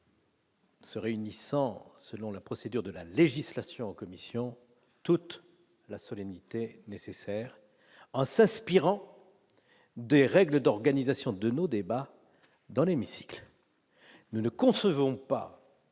Se réunissant selon la procédure de la législation en commission toute la solennité nécessaire Hans aspirant des règles d'organisation de nos débats dans l'hémicycle, nous ne concevons pas.